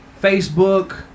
Facebook